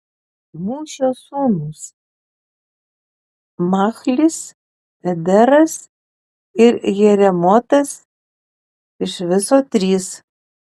mušio sūnūs machlis ederas ir jeremotas iš viso trys